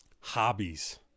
hobbies